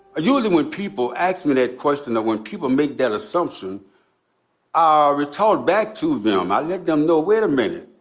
usually when people ask me that question, when people make that assumption ah i retort back to them, i let them know wait a minute,